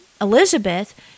Elizabeth